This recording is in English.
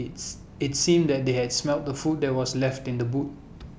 it's IT seemed that they had smelt the food that were left in the boot